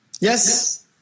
Yes